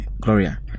Gloria